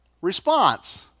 response